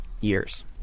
years